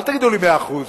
אל תגידו לי "מאה אחוז".